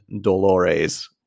Dolores